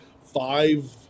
five